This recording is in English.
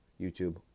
YouTube